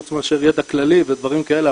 חוץ מאשר ידע כללי ודברים כאלה,